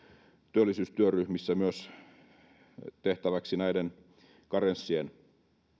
työllisyystyöryhmissä tehtäväksi myös näiden karenssien